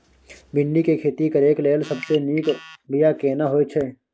भिंडी के खेती करेक लैल सबसे नीक बिया केना होय छै?